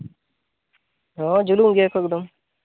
ᱦᱮᱸ ᱡᱩᱞᱩᱝ ᱜᱮᱭᱟᱠᱚ ᱮᱠᱫᱚᱢ